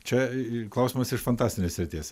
čia klausimas iš fantastinės srities